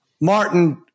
Martin